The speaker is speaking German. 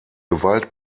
gewalt